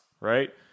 right